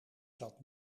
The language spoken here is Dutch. zat